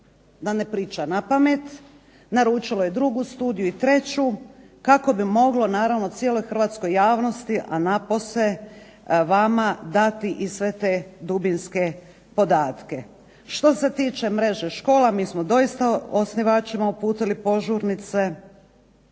da ne priča napamet. Naručilo je drugu studiju i treću kako bi moglo naravno cijeloj hrvatskoj javnosti, a napose vama dati i sve te dubinske podatke. Što se tiče mreže škola, mi smo doista osnivačima uputili požurnice.